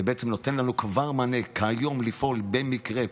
זה בעצם נותן לנו כבר מענה כיום לפעול במקרה,